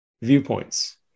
viewpoints